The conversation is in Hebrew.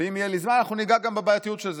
ואם יהיה לי זמן, אנחנו ניגע גם בבעייתיות של זה.